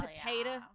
potato